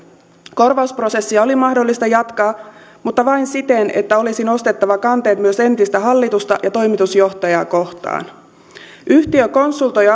korvausprosessia oli mahdollista jatkaa mutta vain siten että olisi nostettava kanteet myös entistä hallitusta ja toimitusjohtajaa kohtaan yhtiö konsultoi